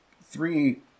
three